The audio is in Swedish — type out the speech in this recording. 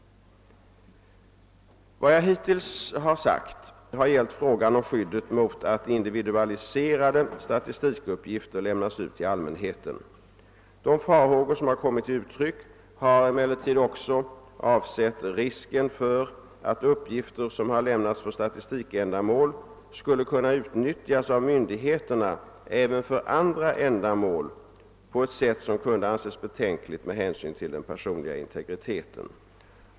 Vad jag hittills har sagt har gällt frågan om skyddet mot att individualiserade statistikuppgifter lämnas ut till allmänheten. De farhågor som har kommit till uttryck har emellertid avsett också risken för att uppgifter, som har lämnats för statistikändamål, skulle kunna utnyttjas av myndigheter även för andra ändamål på ett sätt som kunde anses betänkligt med hänsyn till den personliga integriteten.